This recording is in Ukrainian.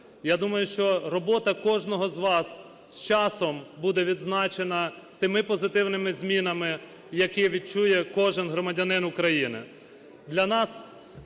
Я думаю, що робота кожного з вас з часом буде відзначена тими позитивними змінами, які відчує кожен громадянин України.